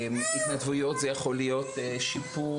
התנדבויות: זה יכול להיות שיפור